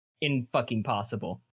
in-fucking-possible